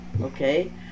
okay